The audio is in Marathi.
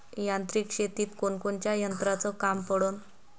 यांत्रिक शेतीत कोनकोनच्या यंत्राचं काम पडन?